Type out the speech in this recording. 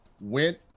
went